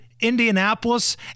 Indianapolis